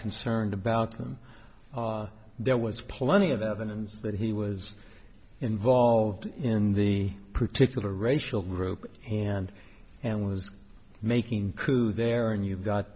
concerned about him there was plenty of evidence that he was involved in the particular racial group and and was making crew there and you've got